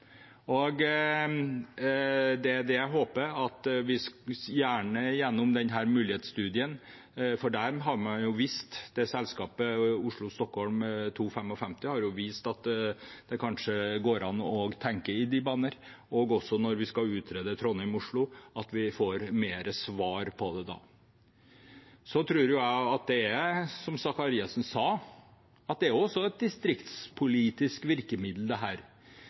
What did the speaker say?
Det jeg håper, er at vi gjennom denne mulighetsstudien av Oslo–Stockholm 2.55 vil se det – selskapet har jo vist at det går an å tenke i de baner. Også når vi skal utrede Trondheim–Oslo, håper jeg at vi får mer svar på det. Jeg tror at det er som Faret Sakariassen sa, at dette også er et distriktspolitisk virkemiddel. Det